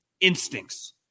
instincts